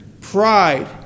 pride